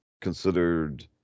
considered